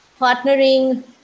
partnering